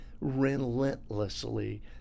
relentlessly